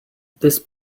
this